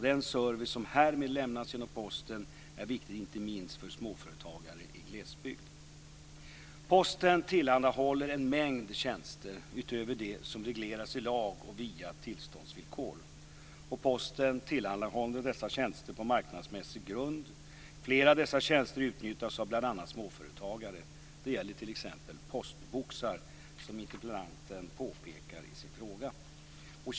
Den service som härmed lämnas genom Posten är viktig inte minst för småföretagare i glesbygd. Posten tillhandahåller en mängd tjänster utöver det som regleras i lag och via tillståndsvillkor. Posten tillhandahåller dessa tjänster på marknadsmässig grund. Flera av dessa tjänster utnyttjas av bl.a. småföretagare. Det gäller t.ex. postboxar som interpellanten påpekar i sin fråga.